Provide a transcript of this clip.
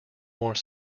more